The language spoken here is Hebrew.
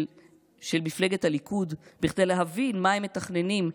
מפלגת הליכוד כדי להבין מה הם מתכננים.